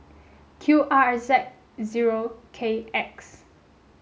Q R Z zero K X